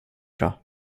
bra